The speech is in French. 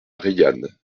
reillanne